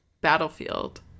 battlefield